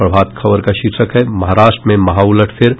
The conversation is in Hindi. प्रभात खबर का शीर्षक है महाराष्ट्र में महा उलट फेर